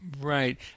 Right